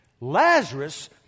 Lazarus